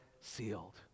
sealed